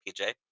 pj